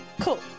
Cool